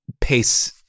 pace